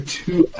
two